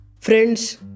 Friends